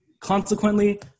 Consequently